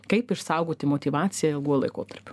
kaip išsaugoti motyvaciją ilguoju laikotarpiu